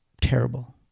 terrible